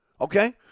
Okay